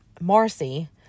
Marcy